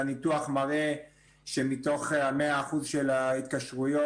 והניתוח מראה שמתוך 100% של ההתקשרויות,